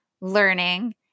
learning